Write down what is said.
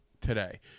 today